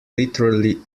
literally